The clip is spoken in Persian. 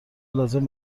لازم